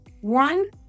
one